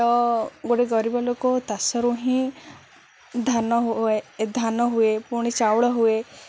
ତ ଗୋଟେ ଗରିବ ଲୋକ ତାଷରୁ ହିଁ ଧାନ ହୁଏ ଧାନ ହୁଏ ପୁଣି ଚାଉଳ ହୁଏ